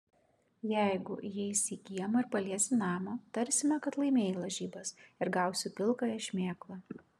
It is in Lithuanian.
jeigu įeisi į kiemą ir paliesi namą tarsime kad laimėjai lažybas ir gausi pilkąją šmėklą